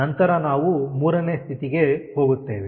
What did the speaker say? ನಂತರ ನಾವು 3ನೇ ಸ್ಥಿತಿಗೆ ಹೋಗುತ್ತೇವೆ